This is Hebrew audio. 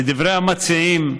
לדברי המציעים,